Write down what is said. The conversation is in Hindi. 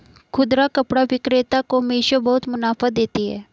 खुदरा कपड़ा विक्रेता को मिशो बहुत मुनाफा देती है